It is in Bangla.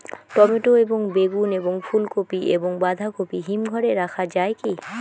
টমেটো এবং বেগুন এবং ফুলকপি এবং বাঁধাকপি হিমঘরে রাখা যায় কি?